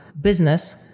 business